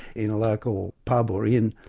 in a local pub or inn,